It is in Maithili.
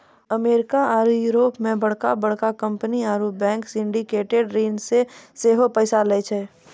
अमेरिका आरु यूरोपो मे बड़का बड़का कंपनी आरु बैंक सिंडिकेटेड ऋण से सेहो पैसा लै छै